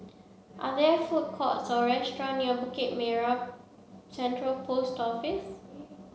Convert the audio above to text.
are there food courts or restaurants near Bukit Merah Central Post Office